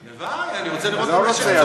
הלוואי, הלוואי, אני רוצה לראות את המשק צומח.